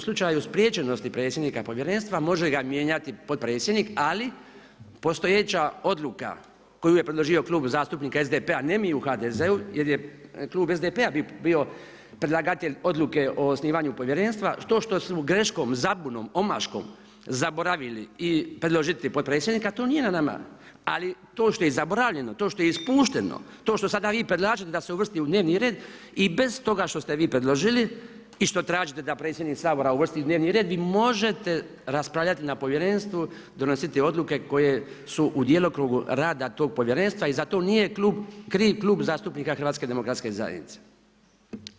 slučaju spriječenosti predsjednika Povjerenstva može ga mijenjati potpredsjednik ali postojeća odluka koju je predložio Klub zastupnika SDP-a, ne mi u HDZ-u jer je Klub SDP-a bio predlagatelj odluke o osnivanju Povjerenstva, to što su greškom, zabunom, omaškom, zaboravili i predložiti potpredsjednika, to nije na nama, ali to što je zaboravljeno, to što je ispušteno, to što sada vi predlažete da se uvrsti u dnevni red i bez toga što ste vi predložili i što tražite predsjednik Sabora uvrsti u dnevni red, vi možete raspravljati na Povjerenstvu, donositi odluke koje su u djelokrugu rada tog Povjerenstva i zato nije kriv Klub zastupnika HDZ-a.